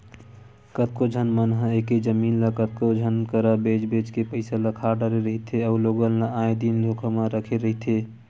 कतको झन मन ह एके जमीन ल कतको झन करा बेंच बेंच के पइसा ल खा डरे रहिथे अउ लोगन ल आए दिन धोखा म रखे रहिथे